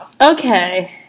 okay